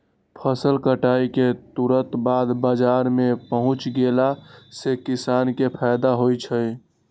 फसल कटाई के तुरत बाद बाजार में पहुच गेला से किसान के फायदा होई छई